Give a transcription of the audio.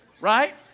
Right